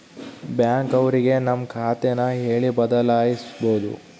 bank ಅವ್ರಿಗೆ ನಮ್ ಖಾತೆ ನ ಹೇಳಿ ಬದಲಾಯಿಸ್ಬೋದು